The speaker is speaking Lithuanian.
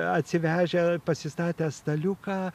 atsivežę pasistatę staliuką